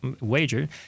wager